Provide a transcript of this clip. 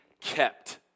kept